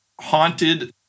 haunted